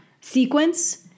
Sequence